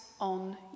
on